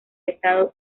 estado